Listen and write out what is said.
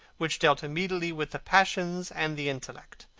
which dealt immediately with the passions and the intellect.